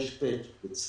יש מכשיר כזה בצפת